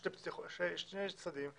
יש שני צדדים,